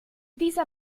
dieser